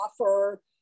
offer